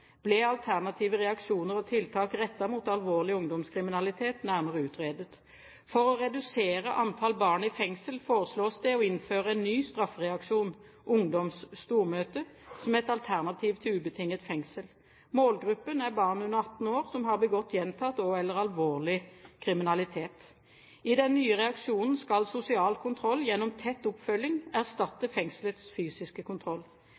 ble alternative reaksjoner og tiltak rettet mot alvorlig ungdomskriminalitet nærmere utredet. For å redusere antall barn i fengsel foreslås det å innføre en ny straffereaksjon – ungdomsstormøte – som et alternativ til ubetinget fengsel. Målgruppen er barn under 18 år som har begått gjentatt og/eller alvorlig kriminalitet. I den nye reaksjonen skal sosial kontroll gjennom tett oppfølging erstatte fengselets fysiske kontroll.